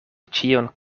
ĉion